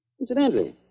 Incidentally